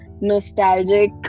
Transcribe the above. nostalgic